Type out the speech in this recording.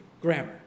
Grammar